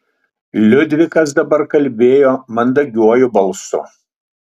liudvikas dabar kalbėjo mandagiuoju balsu